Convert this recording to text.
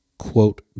quote